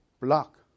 block